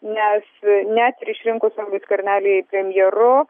nes net ir išrinkus skvernelį premjeru